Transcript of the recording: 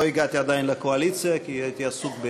לא הגעתי עדיין לקואליציה, כי הייתי עסוק.